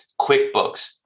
QuickBooks